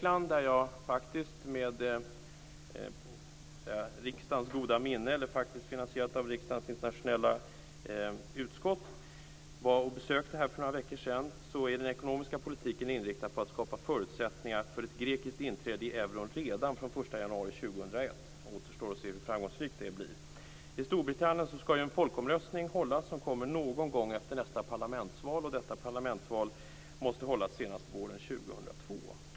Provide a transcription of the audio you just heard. Jag besökte Grekland för några veckor sedan, finansierat via riksdagens internationella kansli. Där är den ekonomiska politiken inriktad på att skapa förutsättningar för ett grekiskt inträde i euron redan från den 1 januari 2001. Det återstår att se hur framgångsrikt det blir. I Storbritannien skall en folkomröstning hållas någon gång efter nästa parlamentsval. Detta parlamentsval måste hållas senast våren 2002.